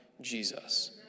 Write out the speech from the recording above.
Jesus